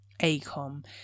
ACOM